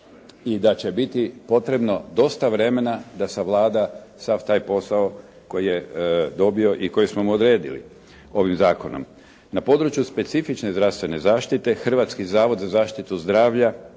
i da će biti potrebno dosta vremena da savlada sav taj posao koji je dobio i koji smo mu odredili ovim zakonom. Na području specifične zdravstvene zaštite, Hrvatski zavod za zaštitu zdravlja